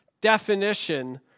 definition